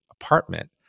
apartment